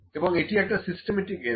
এবং এটা একটা সিস্টেমেটিক্স এরার